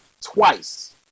twice